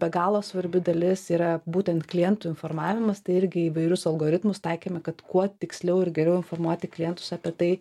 be galo svarbi dalis yra būtent klientų informavimas tai irgi įvairius algoritmus taikėme kad kuo tiksliau ir geriau informuoti klientus apie tai